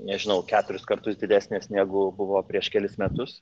nežinau keturis kartus didesnės negu buvo prieš kelis metus